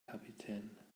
kapitän